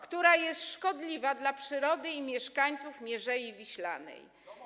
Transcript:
która jest szkodliwa dla przyrody i mieszkańców Mierzei Wiślanej.